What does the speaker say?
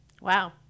Wow